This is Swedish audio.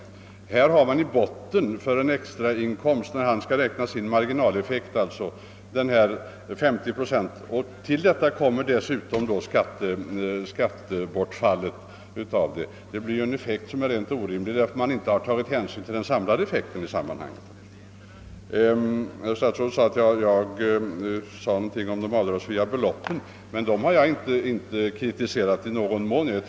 Vid en beräkning av marginaleffekten beträffande bostadstillägget till folkpensionärer har man alltså i botten 50 procents förmånsminskning och härtill kommer skattebortfallet. Följderna blir helt orimliga eftersom man inte tagit hänsyn till den samlade effekten i sammanhanget. Statsrådet sade att jag nämnde någonting om de avgiftsfria beloppen, men jag har inte på något sätt kritiserat höjningen av dessa.